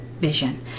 vision